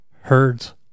herds